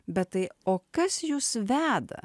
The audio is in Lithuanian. bet tai o kas jus veda